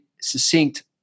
succinct